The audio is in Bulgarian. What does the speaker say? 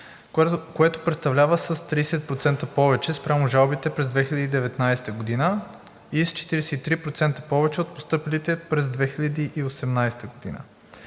което представлява с 30% повече спрямо жалбите през 2019 г. и с 43% повече от постъпилите през 2018 г.